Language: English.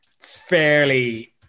Fairly